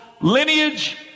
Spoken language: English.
lineage